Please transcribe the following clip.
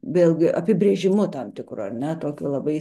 vėlgi apibrėžimu tam tikru ar ne tokiu labai